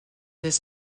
this